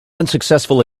unsuccessful